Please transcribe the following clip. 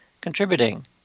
contributing